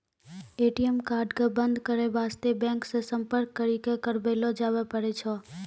ATM card क बन्द करै बास्ते बैंक से सम्पर्क करी क करबैलो जाबै पारै छै